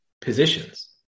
positions